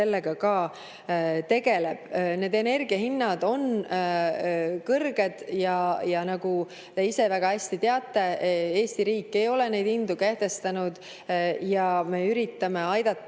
sellega ka tegeleb. Energiahinnad on kõrged ja nagu te ise väga hästi teate, Eesti riik ei ole neid hindu kehtestanud. Me üritame aidata